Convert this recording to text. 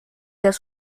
das